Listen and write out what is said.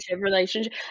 relationship